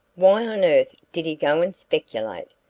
why on earth did he go and speculate?